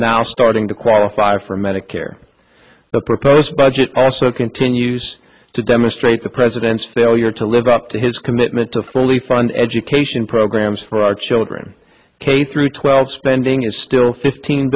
now starting to qualify for medicare the proposed budget also continues to demonstrate the president's failure to live up to his commitment to fully fund education programs for our children k through twelve spending is still fifteen